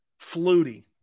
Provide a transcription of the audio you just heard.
Flutie